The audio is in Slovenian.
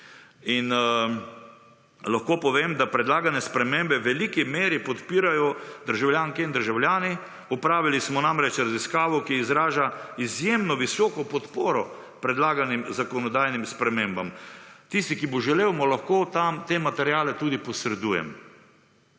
in lahko povem, da predlagane spremembe v veliki meri podpirajo državljanke in državljani. Opravili smo namreč raziskavo, ki izraža izjemno visoko podporo predlaganim zakonodajnim spremembam. Tisti, ki mu želel, mu lahko te materiale tudi posredujem.